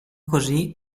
così